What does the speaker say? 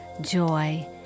joy